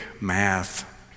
math